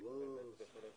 זה לא בסדר,